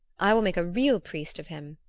i will make a real priest of him,